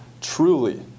truly